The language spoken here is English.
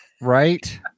Right